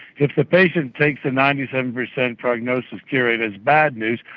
if the patient thinks the ninety seven percent prognosis cure rate as bad news,